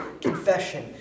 confession